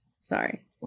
Sorry